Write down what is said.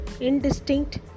indistinct